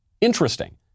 interesting